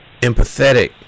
empathetic